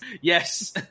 Yes